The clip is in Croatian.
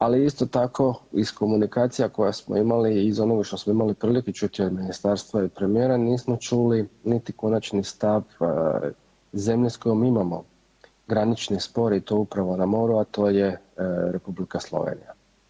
Ali isto tako iz komunikacija koje smo imali i iz onoga što smo imali priliku čuti od ministarstva i premijera, nismo čuli niti konačni stav zemlje s kojom imamo granični spor i to upravo na moru, a to je Republika Slovenija.